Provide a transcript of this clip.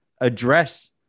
address